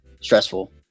stressful